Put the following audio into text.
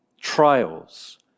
trials